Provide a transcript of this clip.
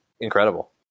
Incredible